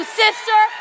sister